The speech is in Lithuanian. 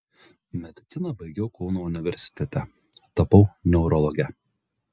mediciną baigiau kauno universitete tapau neurologe